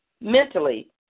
mentally